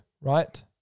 right